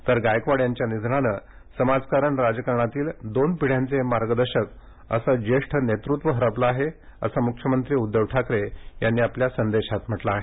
तर गायकवाड यांच्या निधनानं समाजकारण राजकारणातील दोन पिढ्यांचे मार्गदर्शक असं ज्येष्ठ नेतृत्व हरपलं आहे असं मुख्यमंत्री उद्घव ठाकरे यांनी म्हटलं आहे